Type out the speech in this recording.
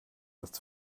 als